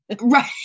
right